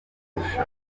kurusha